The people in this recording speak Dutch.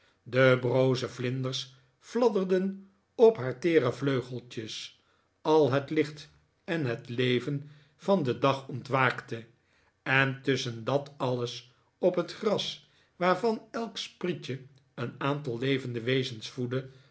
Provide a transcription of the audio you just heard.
de broze vlinders fladderden op haar teere vleugeltjes al het licht en het leven van den dag ontwaakte en tusschen dat alles op het gras waarvan elk sprietje een aantal levende wezens voedde